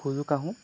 খোজো কাঢ়োঁ